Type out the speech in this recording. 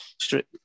straight